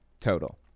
total